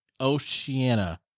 Oceania